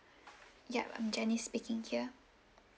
yup I'm jenny speaking here